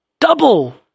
Double